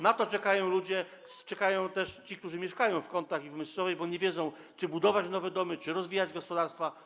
Na to czekają ludzie, czekają też ci, którzy mieszkają w Kątach i w Myscowej, bo nie wiedzą, czy budować nowe domy, czy rozwijać gospodarstwa.